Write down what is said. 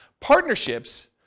Partnerships